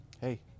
Hey